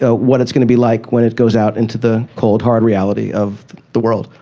ah what it's going to be like when it goes out into the cold, hard reality of the world.